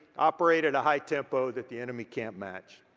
operate at a high tempo that the enemy can't match.